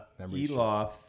Eloth